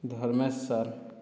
Dharmesh ସାର